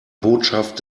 botschaft